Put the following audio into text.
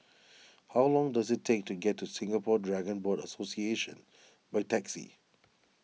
how long does it take to get to Singapore Dragon Boat Association by taxi